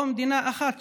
או מדינה אחת,